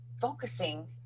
focusing